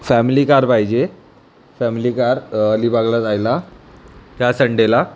family car पाहिजे family car अलीबागला जायला ह्या संडेला